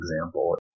example